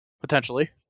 Potentially